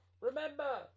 Remember